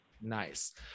Nice